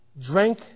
drank